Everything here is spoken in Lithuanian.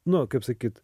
no kaip sakyt